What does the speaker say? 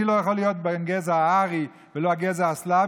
אני לא יכול להיות בן הגזע הארי ולא בן הגזע הסלבי,